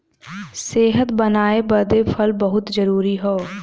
सेहत बनाए बदे फल बहुते जरूरी हौ